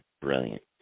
Brilliant